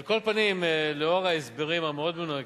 על כל פנים, לאור ההסברים המאוד-מנומקים,